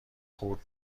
خورد